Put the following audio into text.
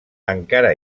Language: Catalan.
encara